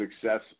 success